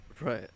right